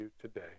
today